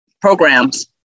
programs